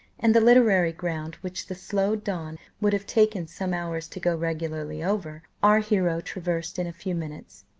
and the literary ground, which the slow don would have taken some hours to go regularly over, our hero traversed in a few minutes.